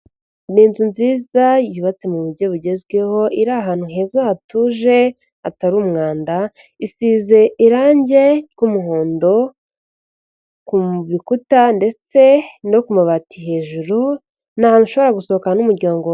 Ni inzu nziza yubatse mu buryo bugezweho iri ahantu heza hatuje hatari umwanda, isize irangi ry'umuhondo ku bikuta ndetse no ku mabati hejuru. Ni ahantu ushobora gusohokana n'umuryango wawe.